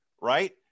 right